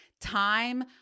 Time